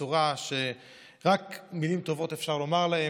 בצורה שרק מילים טובות אפשר לומר עליהם.